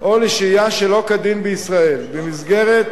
או לשהייה שלא כדין בישראל במסגרת